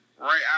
right